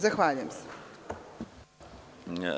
Zahvaljujem se.